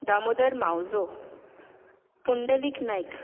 Damodar Mauzo Pundalik Naik